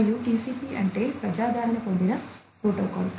మరియు TCP అంటే ప్రజాదరణ పొందిన ప్రోటోకాల్